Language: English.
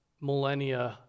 millennia